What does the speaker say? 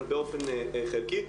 אבל באופן חלקי.